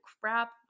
crap